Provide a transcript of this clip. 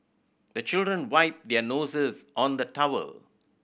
the children wipe their noses on the towel